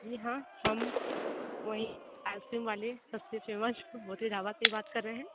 जी हाँ हम वही आइसक्रीम वाले सबसे फेमस बोते रावत से बात कर रहे हैं